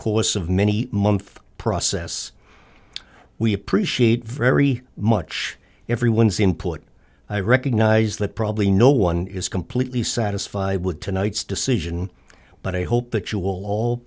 course of many month process we appreciate very much everyone's input i recognize that probably no one is completely satisfied with tonight's decision but i hope that you will all